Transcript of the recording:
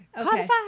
Okay